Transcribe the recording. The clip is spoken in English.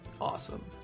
awesome